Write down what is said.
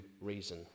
reason